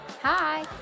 Hi